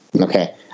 Okay